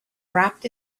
wrapped